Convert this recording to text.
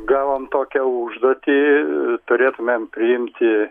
gavom tokią užduotį turėtumėm priimti